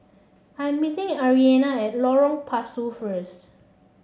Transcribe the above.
I'm meeting Arianna at Lorong Pasu first